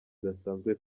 gasanzwe